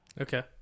Okay